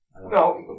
No